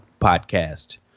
podcast